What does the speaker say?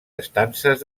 estances